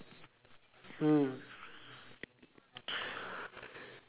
mm